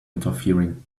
interfering